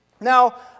Now